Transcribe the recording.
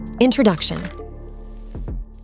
Introduction